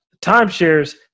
Timeshares